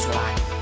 life